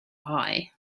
eye